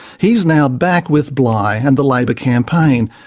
he's now back with bligh and the labor campaign,